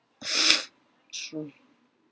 true